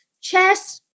chess